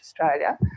Australia